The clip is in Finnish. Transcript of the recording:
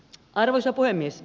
arvoisa puhemies